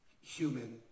human